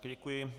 Děkuji.